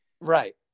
Right